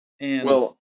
Well-